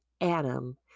Adam